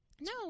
no